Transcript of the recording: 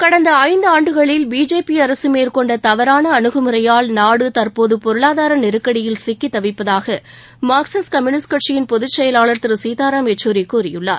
கடந்த ஐந்தாண்டுகளில் பிஜேபி அரசு மேற்கொண்ட தவறான அனுகுமுறையால் நாடு தற்போது பொருளாதார நெருக்கடியில் சிக்கித் தவிப்பதாக மார்க்சிஸ்ட் கம்யூனிஸ்ட் கட்சியின் பொதுச் செயலாளர் திரு சீதாராம் யெச்சூரி கூறியுள்ளார்